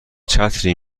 چتری